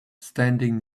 standing